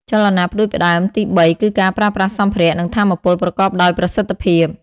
ចលនាផ្តួចផ្តើមទីបីគឺការប្រើប្រាស់សម្ភារៈ និងថាមពលប្រកបដោយប្រសិទ្ធភាព។